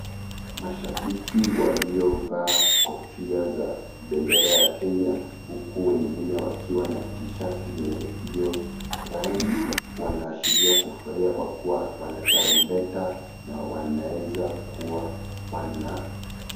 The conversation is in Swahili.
Mashabiki waliovaa kofia za bendera ya Kenya huku wengine wakiwa na tishati zenye hiyo rangi wanaashiria kufurahia kwa kuwa wana tarumbeta na wanaeza kuwa wana...